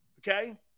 Okay